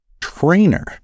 trainer